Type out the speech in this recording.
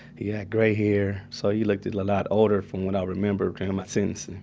he had gray hair. so, he looked a lot older from what i remember during my sentencing